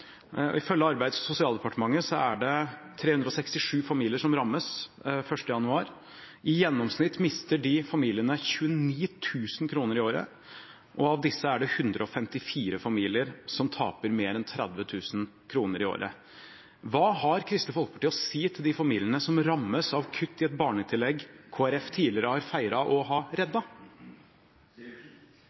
inn. Ifølge Arbeids- og sosialdepartementet er det 367 familier som rammes den 1. januar. I gjennomsnitt mister de familiene 29 000 kr i året. Av disse er det 154 familier som taper mer enn 30 000 kroner i året. Hva har Kristelig Folkeparti å si til de familiene som rammes av et kutt i et barnetillegg Kristelig Folkeparti tidligere har feiret å ha